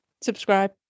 Subscribe